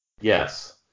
Yes